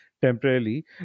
temporarily